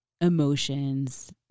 emotions